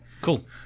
cool